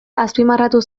azpimarratu